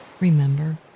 remember